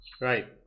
Right